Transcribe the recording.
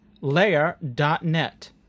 layer.net